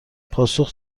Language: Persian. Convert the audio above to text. پاسخ